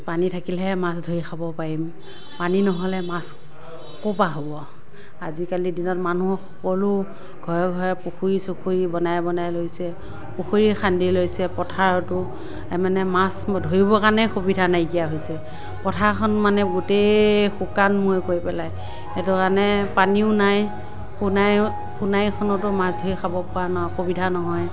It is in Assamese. পানী থাকিলেহে মাছ ধৰি খাব পাৰিম পানী নহ'লে মাছ ক'ৰপৰা হ'ব আজিকালি দিনত মানুহ সকলো ঘৰে ঘৰে পুখুৰী চুখুৰী বনাই বনাই লৈছে পুখুৰী খান্দি লৈছে পথাৰতো তাৰমানে মাছ ধৰিব কাণে সুবিধা নাইকীয়া হৈছে পথাৰখন মানে গোটে শুকানমুৱা কৰি পেলায় সেইটো কাৰণে পানীও নাই সোণাই সোণাইখনতো মাছ ধৰি খাব পৰা না সুবিধা নহয়